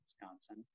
Wisconsin